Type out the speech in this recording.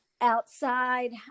outside